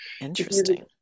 Interesting